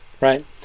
right